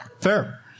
fair